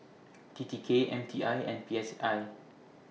T T K M T I and P S I